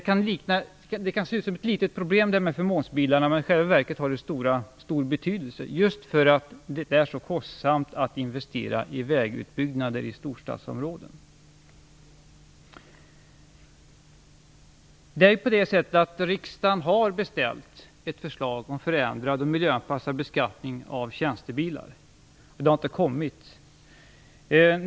Frågan om förmånsbilarna kan se ut som ett litet problem, men den har i själva verket stor betydelse, just därför att det är så kostsamt att investera i vägutbyggnader i storstadsområden. Riksdagen har beställt ett förslag om förändrad och miljöanpassad beskattning av tjänstebilar, men det har inte kommit.